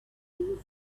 blue